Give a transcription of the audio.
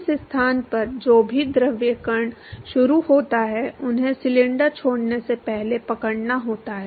तो इस स्थान पर जो भी द्रव कण शुरू होता है उन्हें सिलेंडर छोड़ने से पहले पकड़ना होता है